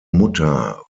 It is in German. mutter